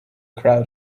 crowd